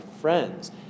friends